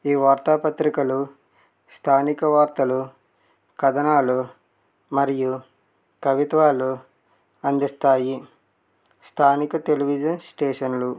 ఈ వార్తాపత్రికలు స్థానిక వార్తలు కథనాలు మరియు కవిత్వాలు అందిస్తాయి స్థానిక టెలివిజన్ స్టేషన్లు